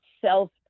self